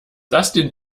dustin